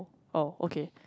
oh okay